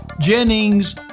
Jennings